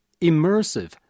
immersive